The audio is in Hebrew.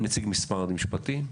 נציג משרד המשפטים.